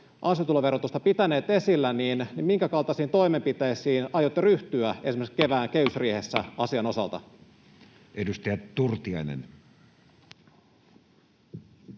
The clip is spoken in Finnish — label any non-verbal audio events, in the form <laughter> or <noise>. ansiotuloverotusta pitäneet esillä, niin minkäkaltaisiin toimenpiteisiin aiotte ryhtyä esimerkiksi kevään kehysriihessä <noise> asian